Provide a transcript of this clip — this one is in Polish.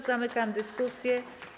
Zamykam dyskusję.